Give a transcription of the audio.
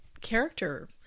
character